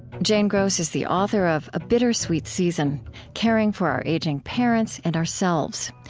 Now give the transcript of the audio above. jane gross is the author of a bittersweet season caring for our aging parents and ourselves.